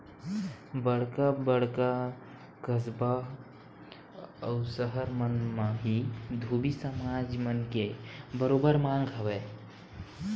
बड़का बड़का कस्बा अउ सहर मन म ही धोबी समाज मन के बरोबर मांग हवय